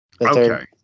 Okay